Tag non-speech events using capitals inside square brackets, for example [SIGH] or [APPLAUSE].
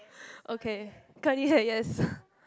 [BREATH] okay curly hair yes